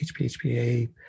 HPHPA